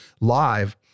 live